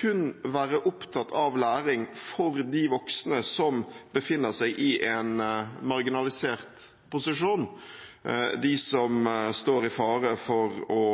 kun være opptatt av læring for de voksne som befinner seg i en marginalisert posisjon – de som står i fare for å